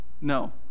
No